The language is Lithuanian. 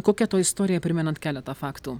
kokia to istorija primenant keletą faktų